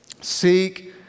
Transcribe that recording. Seek